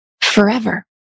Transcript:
forever